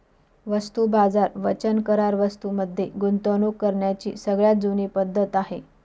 वस्तू बाजार वचन करार वस्तूं मध्ये गुंतवणूक करण्याची सगळ्यात जुनी पद्धत आहे